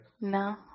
No